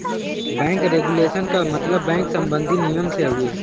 bank regulation क मतलब bank सम्बन्धी नियम से हउवे